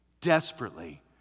desperately